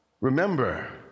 Remember